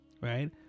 Right